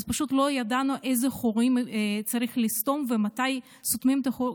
אז פשוט לא ידענו איזה חורים צריך לסתום ומתי סותמים את החור,